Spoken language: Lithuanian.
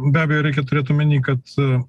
be abejo reikia turėt omeny kad